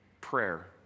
prayer